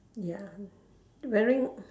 ya wearing